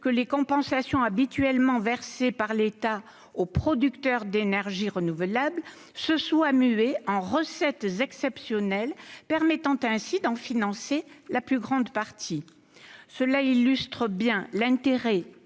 que les compensations habituellement versées par l'État aux producteurs d'énergies renouvelables se soient muées en recettes exceptionnelles, permettant ainsi d'en financer la plus grande partie. Cela illustre l'intérêt